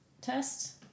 Test